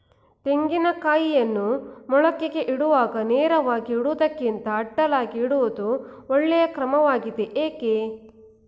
ತೆಂಗಿನ ಕಾಯಿಯನ್ನು ಮೊಳಕೆಗೆ ಇಡುವಾಗ ನೇರವಾಗಿ ಇಡುವುದಕ್ಕಿಂತ ಅಡ್ಡಲಾಗಿ ಇಡುವುದು ಒಳ್ಳೆಯ ಕ್ರಮವಾಗಿದೆ ಏಕೆ?